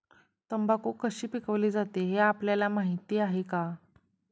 तंबाखू कशी पिकवली जाते हे आपल्याला माहीत आहे का?